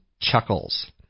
Chuckles